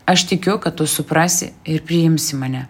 aš tikiu kad tu suprasi ir priimsi mane